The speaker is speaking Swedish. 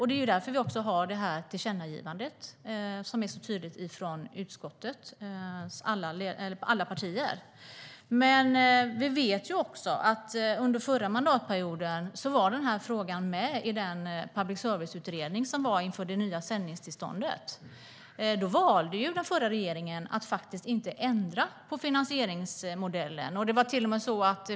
Det är därför alla partier i utskottet gör ett tydligt tillkännagivande. Vi vet också att under förra mandatperioden var frågan med i den public service-utredning som gjordes inför det nya sändningstillståndet. Den förra regeringen valde att inte ändra på finansieringsmodellen.